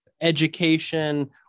education